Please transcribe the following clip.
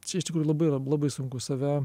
čia iš tikrųjų labai yra labai sunku save